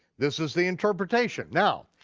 this is the interpretation. now,